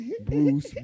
Bruce